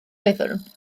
oeddwn